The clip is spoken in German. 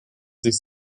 sich